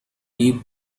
deep